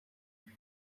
the